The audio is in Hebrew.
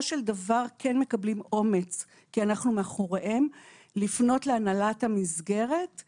של דבר כן מקבלים אומץ כי אנחנו מאחוריהם לפנות להנהלת המסגרת,